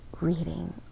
reading